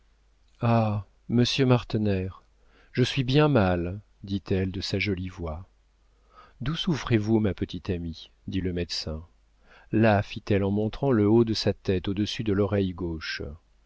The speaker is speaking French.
monsieur martener je suis bien mal dit-elle de sa jolie voix d'où souffrez-vous ma petite amie dit le médecin là fit-elle en montrant le haut de sa tête au-dessus de l'oreille gauche